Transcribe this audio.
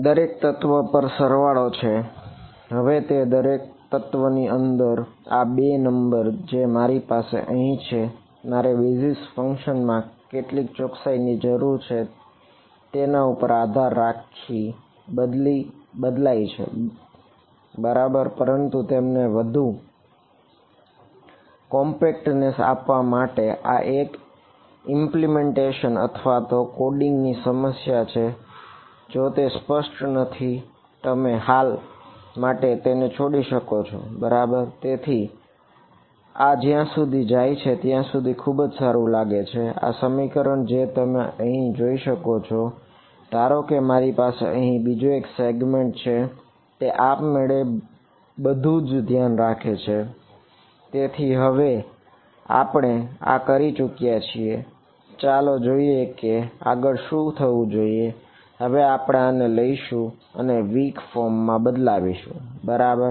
દરેક તત્વ પર સરવાળો છે હવે દરેક તત્વની અંદર આ 2 નંબર જે મારી પાસે અહીં છે તે મારે બેઝીઝ ફંક્શન માં બદલાવીશું બરાબર